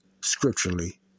scripturally